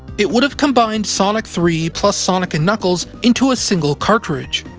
it would have combined sonic three plus sonic and knuckles in to a single cartridge.